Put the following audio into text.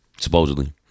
supposedly